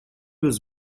was